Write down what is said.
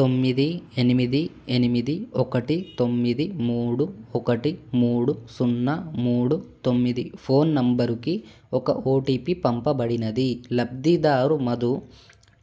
తొమ్మిది ఎనిమిది ఎనిమిది ఒకటి తొమ్మిది మూడు ఒకటి మూడు సున్నా మూడు తొమ్మిది ఫోన్ నంబరుకి ఒక ఓటీపి పంపబడినది లబ్ధిదారు మధు